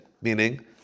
meaning